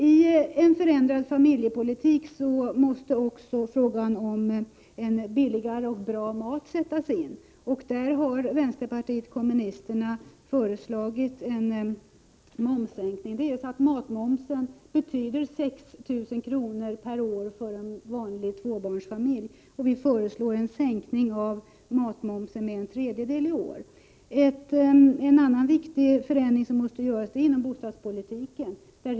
I en förändrad familjepolitik måste också frågan om en billigare och bra mat sättas in. Där har vänsterpartiet kommunisterna föreslagit en momssänkning. Matmomsen betyder 6 000 kr. per år för en vanlig tvåbarnsfamilj. Vi föreslår en sänkning av den med en tredjedel i år. En annan viktig förändring som måste göras gäller bostadspolitiken.